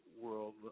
world